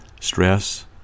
Stress